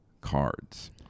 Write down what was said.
cards